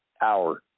hour